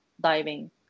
diving